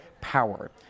power